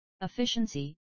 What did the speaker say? Efficiency